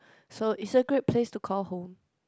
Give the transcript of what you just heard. so it's a great place to call home